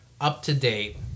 up-to-date